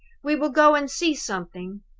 we will go and see something.